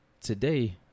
Today